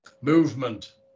Movement